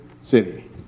city